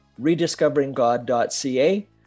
rediscoveringgod.ca